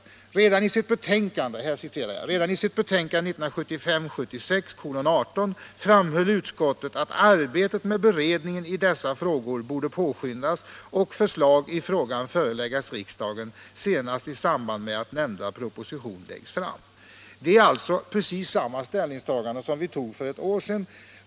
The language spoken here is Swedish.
— ”Redan i sitt betänkande 1975/76:18 framhöll utskottet att arbetet med beredningen av dessa frågor borde påskyndas och förslag i frågan föreläggas riksdagen senast i samband med att nämnda proposition läggs fram.” Här redovisas alltså precis samma ställningstagande som för ett år sedan.